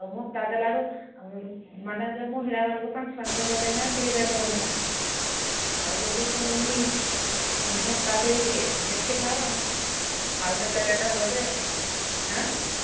ଆଉ ଭତ୍ତା ଦେଲାରୁ ମାନେ ଯୋଉ ମହିଳାମାନଙ୍କୁ ପାଞ୍ଚ ପାଞ୍ଚ ହଜାର ଦେଇନାହିଁକି ରେଟ୍ ବଢ଼ିଲା ଆଉ ଯଦି ପୁଣି ଭତ୍ତା ଦେଇଦିଏ ଦେଖୁଥାଅ ଆଉ ଆଉ କେତେ ରେଟ୍ ହେବ ଯେ ହଁ